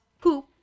poop